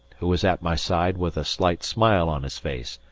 who was at my side with a slight smile on his face,